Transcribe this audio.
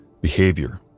behavior